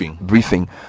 briefing